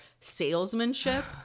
salesmanship